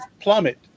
plummet